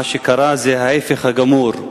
מה שקרה זה ההיפך הגמור.